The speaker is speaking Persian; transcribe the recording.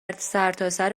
سرتاسر